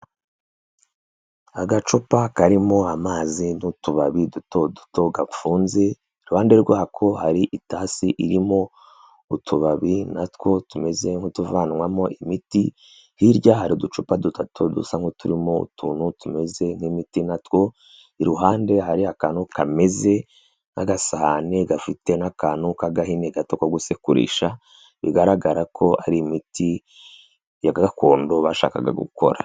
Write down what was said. Agacupa karimo amazi n'utubabi duto duto gafunze, iruhande rwako hari itasi irimo utubabi natwo tumeze nk'utuvanwamo imiti, hirya hari uducupa dutatu dusa nk'uturimo utuntu tumeze nk'imiti na two, iruhande hari akantu kameze nk'agasahane gafite n'akantu k'agahini gato ko gusekurisha, bigaragara ko ari imiti ya gakondo bashakaga gukora.